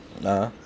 (uh huh)